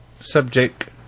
subject